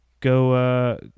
go